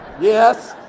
yes